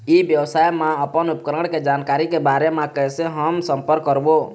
ई व्यवसाय मा अपन उपकरण के जानकारी के बारे मा कैसे हम संपर्क करवो?